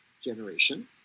generation